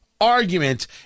argument